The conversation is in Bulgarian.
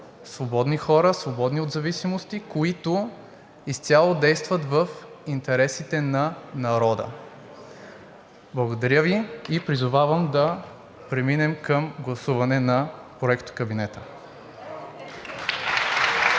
свободни хора – свободни от зависимости, които изцяло действат в интересите на народа. Благодаря Ви и призовавам да преминем към гласуване на проектокабинета.